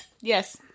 Yes